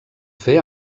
fer